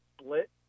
split